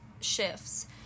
shifts